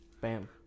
Bam